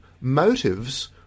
motives